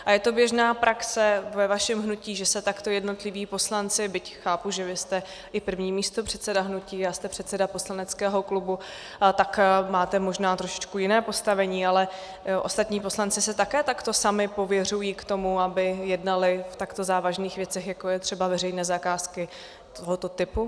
A je to běžná praxe ve vašem hnutí, že se takto jednotliví poslanci, byť chápu, že vy jste i první místopředseda hnutí a jste předseda poslaneckého klubu, tak máte možná trošičku jiné postavení, ale ostatní poslanci se také takto sami pověřují k tomu, aby jednali v takto závažných věcech, jako je třeba veřejné zakázky tohoto typu?